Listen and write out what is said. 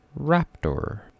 Raptor